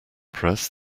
press